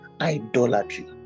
idolatry